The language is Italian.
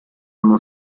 uno